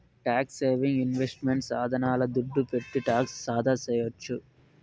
tax saving investment సాధనాల దుడ్డు పెట్టి టాక్స్ ఆదాసేయొచ్చు